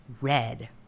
red